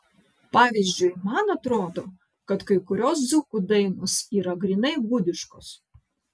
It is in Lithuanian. pavyzdžiui man atrodo kad kai kurios dzūkų dainos yra grynai gudiškos